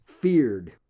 feared